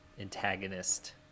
antagonist